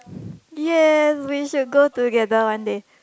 ya we go should go together one day